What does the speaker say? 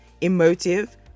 emotive